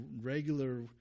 regular